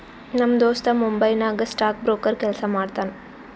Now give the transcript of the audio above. ನಮ್ ದೋಸ್ತ ಮುಂಬೈ ನಾಗ್ ಸ್ಟಾಕ್ ಬ್ರೋಕರ್ ಕೆಲ್ಸಾ ಮಾಡ್ತಾನ